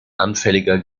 anfälliger